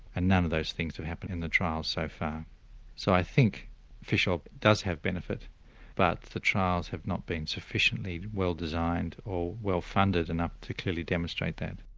and none of those things have happened in the trials so far so i think fish oil does have benefit but the trials have not been sufficiently well designed or well funded enough to clearly demonstrate that.